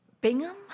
Bingham